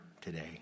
today